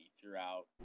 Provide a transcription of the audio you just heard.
throughout